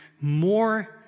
more